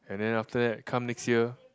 and then after that come next year